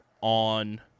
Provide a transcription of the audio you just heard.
on